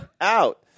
Out